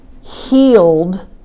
healed